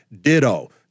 ditto